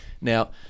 Now